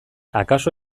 akaso